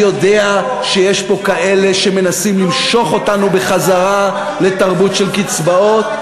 אני יודע שיש פה כאלה שמנסים למשוך אותנו חזרה לתרבות של קצבאות,